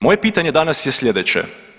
Moje pitanje danas je slijedeće.